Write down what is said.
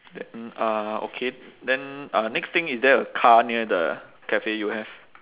then uh okay then uh next thing is there a car near the cafe you have